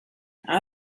how